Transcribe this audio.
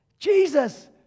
Jesus